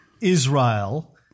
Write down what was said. Israel